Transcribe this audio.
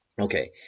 Okay